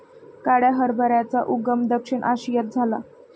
काळ्या हरभऱ्याचा उगम दक्षिण आशियात झाला